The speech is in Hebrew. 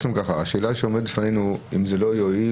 השאלה שעומדת בפנינו אם זה לא יועיל,